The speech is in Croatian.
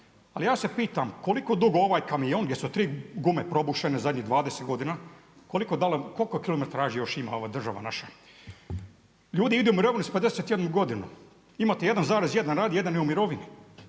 ali ja se pitam koliko dugo ovaj kamion gdje su 3 gume probušene zadnjih 20 godina, koliko kilometražu ima ova država naša? Ljudi idu u mirovinu sa 51 godinu, imate 1,1 radi, jedan je u mirovini.